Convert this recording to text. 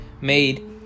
made